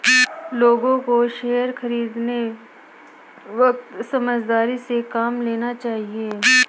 लोगों को शेयर खरीदते वक्त समझदारी से काम लेना चाहिए